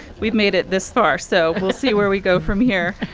we've made it this far. so we'll see where we go from here.